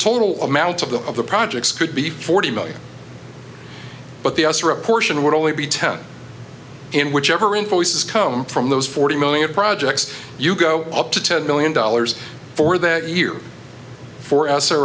total amount of the of the projects could be forty million but the us or a portion would only be ten in whichever invoices come from those forty million projects you go up to ten million dollars for that year for us are